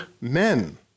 men